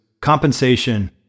compensation